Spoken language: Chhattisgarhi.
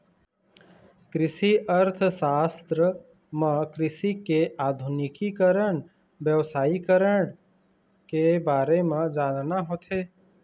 कृषि अर्थसास्त्र म कृषि के आधुनिकीकरन, बेवसायिकरन के बारे म जानना होथे